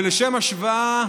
ולשם השוואה,